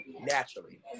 naturally